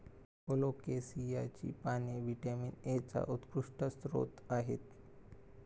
कोलोकेसियाची पाने व्हिटॅमिन एचा उत्कृष्ट स्रोत आहेत